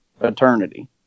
eternity